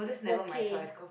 okay